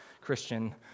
Christian